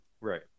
right